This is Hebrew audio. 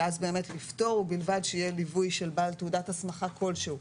שאז באמת לפטור ובלבד שיהיה ליווי של בעל תעודת הסמכה כלשהי,